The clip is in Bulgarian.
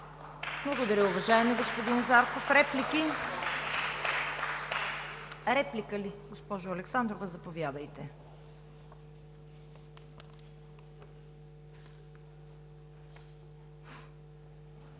Благодаря, уважаеми господин Зарков. Реплики? Госпожо Александрова, заповядайте.